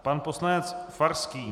Pan poslanec Farský.